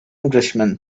englishman